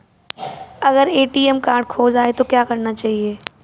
अगर ATM card खो जाए तो क्या करना चाहिए?